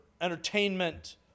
entertainment